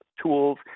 tools